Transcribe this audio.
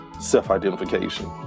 self-identification